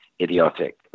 idiotic